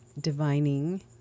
divining